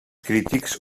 crítics